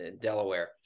Delaware